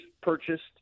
purchased